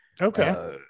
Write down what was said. Okay